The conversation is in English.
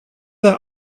their